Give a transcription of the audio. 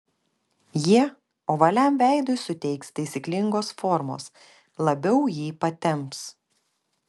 jie ovaliam veidui suteiks taisyklingos formos labiau jį patemps